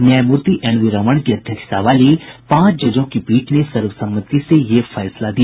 न्यायमूर्ति N V Ramana की अध्यक्षता वाली पांच जजों की पीठ ने सर्वसम्मति से यह फैसला दिया